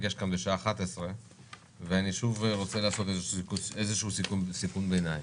ניפגש כאן בשעה 11:00. אני שוב רוצה לעשות סיכום ביניים,